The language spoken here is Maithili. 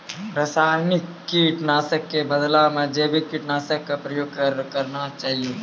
रासायनिक कीट नाशक कॅ बदला मॅ जैविक कीटनाशक कॅ प्रयोग करना चाहियो